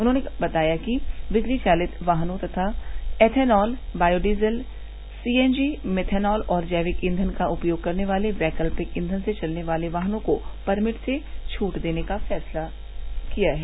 उन्हॉने बताया कि बिजली चालित वाहनों तथा एथेनॉल बायोडीजल सीएनजी मिथेनॉल और जैविक ईयन का उपयोग करने वाले वैकल्पिक ईयन से चलने वाले वाहनों को परमिट से छूट देने का फैसला किया है